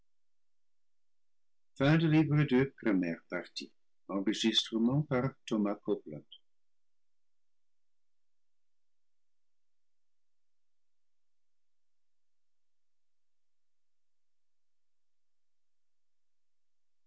à ma propre